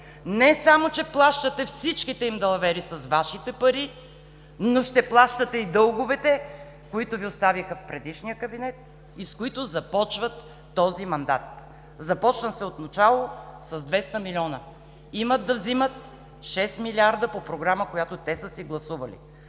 Не само че плащате всичките им далавери с Вашите пари, но ще плащате и дълговете, които Ви остави предишният кабинет и с които започват и този мандат! Започна се отначало с 200 милиона. Имат да вземат шест милиарда по програма, която те са си гласували.